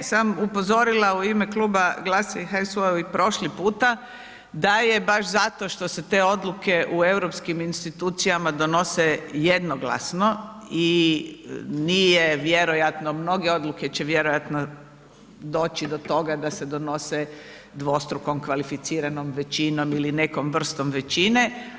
sam upozorila u ime Kluba GLAS-a i HSU-a i prošli puta da je baš zato što se te odluke u europskim institucijama donose jednoglasno i nije vjerojatno mnoge odluke će vjerojatno doći do toga da se donose dvostrukom kvalificiranom većinom ili nekom vrstom većine.